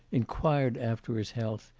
inquired after his health,